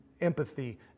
Empathy